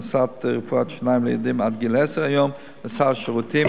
הכנסת רפואת שיניים לילדים עד גיל עשר לסל השירותים.